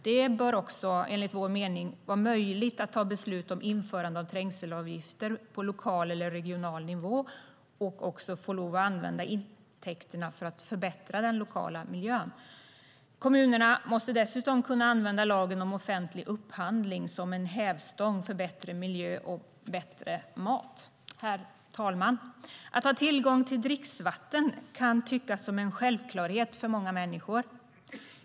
Det bör också, enligt vår mening, vara möjligt att ta beslut om införande av trängselavgifter på lokal eller regional nivå och få lov att använda intäkterna för att förbättra den lokala miljön. Kommunerna måste dessutom kunna använda lagen om offentlig upphandling som en hävstång för bättre miljö och bättre mat. Herr talman! Att ha tillgång till dricksvatten kan tyckas som en självklarhet för många människor.